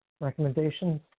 recommendations